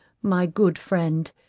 my good friend,